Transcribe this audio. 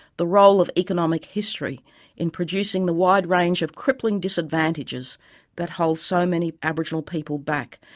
the role of economic history in producing the wide range of crippling disadvantages that hold so many aboriginal people back,